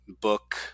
book